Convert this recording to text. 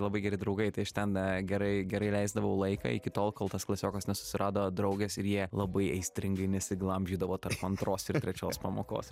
labai geri draugai tai aš ten gerai gerai leisdavau laiką iki tol kol tas klasiokas nesusirado draugės ir jie labai aistringai nesiglamžydavo tarp antros ir trečios pamokos